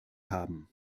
haben